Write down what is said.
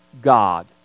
God